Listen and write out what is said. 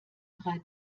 drei